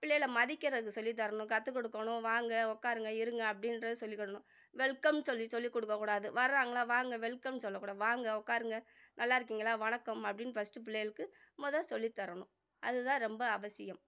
பிள்ளைகளை மதிக்கிறது சொல்லித் தரணும் கற்றுக் கொடுக்கணும் வாங்க உட்காருங்க இருங்க அப்படின்றது சொல்லிக் கொடுக்கணும் வெல்கம் சொல்லி சொல்லிக் கொடுக்கக் கூடாது வராங்களா வாங்க வெல்கம் சொல்லக் கூடாது வாங்க உட்காருங்க நல்லா இருக்கீங்களா வணக்கம் அப்படின்னு ஃபஸ்ட்டு பிள்ளைகளுக்கு மொதல் சொல்லித் தரணும் அதுதான் ரொம்ப அவசியம்